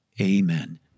amen